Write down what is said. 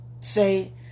say